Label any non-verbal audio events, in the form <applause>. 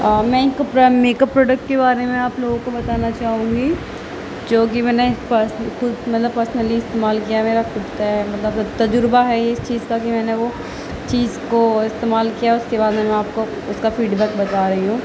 <unintelligible> make up product کے بارے میں آپ لوگوں کو بتانا چاہوں گی جوکہ میں نے پرسنل میں نے پرسنلی استعمال کیا ہے میرا خود کا ہے مطلب تجربہ ہے یہ اس چیز کا کہ میں نے وہ چیز کو استعمال کیا اس کے بعد میں نے آپ کو اس کا فیڈ بیک بتا رہی ہوں